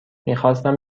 میخواستم